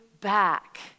back